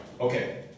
Okay